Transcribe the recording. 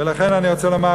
ולכן אני רוצה לומר,